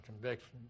convictions